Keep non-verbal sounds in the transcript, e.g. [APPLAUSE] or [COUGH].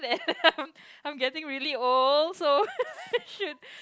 [LAUGHS] I'm getting really old so [LAUGHS] should